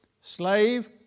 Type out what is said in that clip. slave